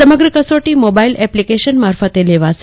સમગ્ર કસોટી mobile application મારફતે લેવાશે